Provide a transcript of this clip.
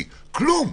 כלום,